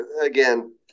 again